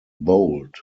bowled